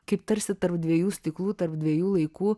kaip tarsi tarp dviejų stiklų tarp dviejų laikų